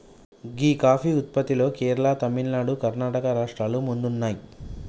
గీ coffee ఉత్పత్తిలో కేరళ, తమిళనాడు, కర్ణాటక రాష్ట్రాలు ముందున్నాయి